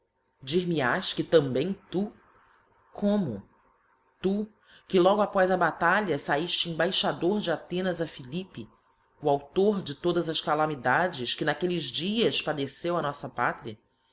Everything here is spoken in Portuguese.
e individual dir me has que também tu como tu que logo após a batalha faiílo embaixador de athenas a philippe o auclor de todas as calamidades que naquelles dias padeceu a noffa pátria